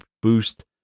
boost